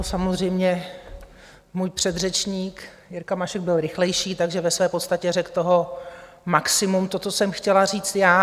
Samozřejmě můj předřečník Jirka Mašek byl rychlejší, takže ve své podstatě řekl maximum toho, co jsem chtěla říct já.